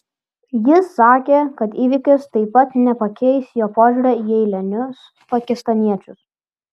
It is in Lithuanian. jis sakė kad įvykis taip pat nepakeis jo požiūrio į eilinius pakistaniečius